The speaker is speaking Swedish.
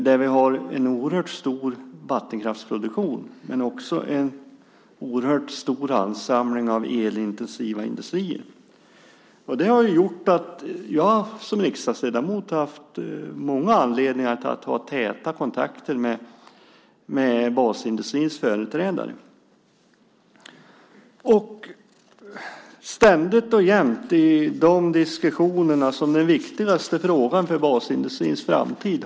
Där har vi en oerhört stor vattenkraftsproduktion men också en oerhört stor ansamling av elintensiva industrier. Därför har jag som riksdagsledamot haft många anledningar att ha täta kontakter med basindustrins företrädare. I de diskussionerna har energifrågan och elpriserna ständigt dykt upp som den viktigaste frågan för basindustrins framtid.